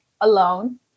alone